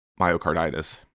myocarditis